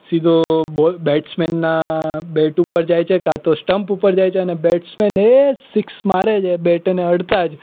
સીધો બોલ બેટ્સમેનના બેટ ઉપર જાય છે કાં તો સ્ટંપ ઉપર જાય છે અને બેટ્સમેન એ સિક્સ મારે છે બેટને અડતાં જ